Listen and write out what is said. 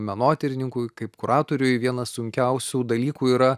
menotyrininkui kaip kuratoriui vienas sunkiausių dalykų yra